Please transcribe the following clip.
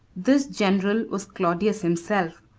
this general was claudius himself,